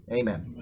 Amen